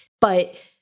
But-